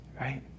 right